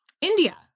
India